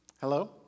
Hello